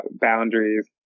boundaries